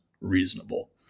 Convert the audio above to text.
reasonable